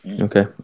Okay